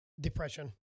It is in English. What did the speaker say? depression